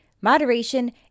moderation